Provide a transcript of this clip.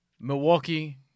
Milwaukee